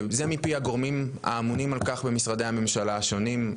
זה מפי הגורמים האמונים על כך במשרדי הממשלה השונים.